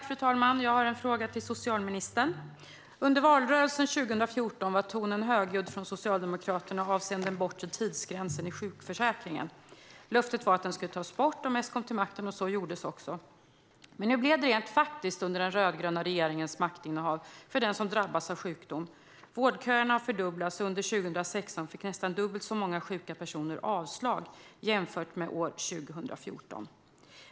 Fru talman! Jag har en fråga till socialministern. Under valrörelsen 2014 var tonen högljudd från Socialdemokraterna avseende den bortre tidsgränsen i sjukförsäkringen. Löftet var att den skulle tas bort om S kom till makten, och så gjordes också. Men hur blev det rent faktiskt under den rödgröna regeringens maktinnehav för den drabbas av sjukdom? Vårdköerna har fördubblats, och under 2016 fick nästan dubbelt så många sjuka personer avslag jämfört med 2014.